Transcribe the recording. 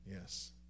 Yes